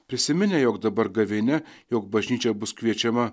prisiminę jog dabar gavėnia jog bažnyčia bus kviečiama